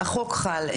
החוק חל,